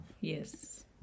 yes